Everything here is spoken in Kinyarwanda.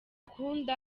akunda